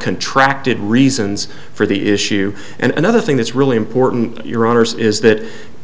contracted reasons for the issue and another thing that's really important your honour's is that